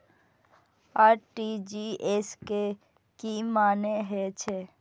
RTGS के की मानें हे छे?